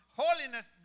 holiness